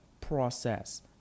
process